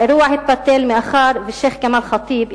האירוע התבטל מאחר ששיח' כמאל ח'טיב,